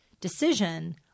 decision